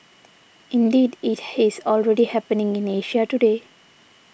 indeed it has already happening in Asia today